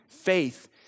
faith